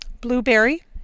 Blueberry